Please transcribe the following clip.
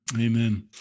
Amen